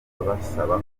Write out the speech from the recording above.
basaba